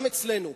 גם אצלנו.